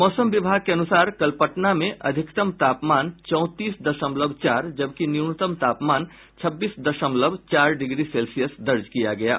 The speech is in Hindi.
मौसम विभाग के अनुसार कल पटना में अधिकतम तापमान चौंतीस दशमलव चार जबकि न्यूनतम तापमान छब्बीस दशमलव चार डिग्री सेल्सियस दर्ज किया गया है